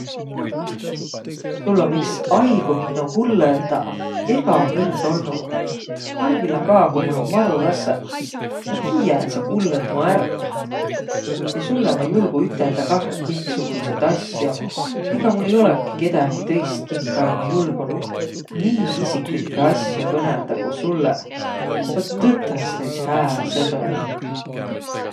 Sul on iks aigu minno kullõldaq egä kõrd olnuq. Parhilla ka, ku mul om maru rassõ, ma tiiä, et sa kullõt mu ärq. Ja sullõ ma julgu üteldäq kah kõiksugutsit asjo. Egaq mul ei olõki kedägi tõist, kinkalõ ma julgunuq nii isiklikkõ asjo kõnõldaq, ku sullõ. Sa olõt tõtõstõ üts hää sõbõr!